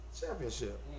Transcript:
Championship